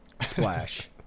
Splash